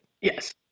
Yes